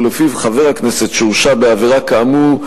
ולפיו חבר הכנסת שהורשע בעבירה כאמור,